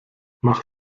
mach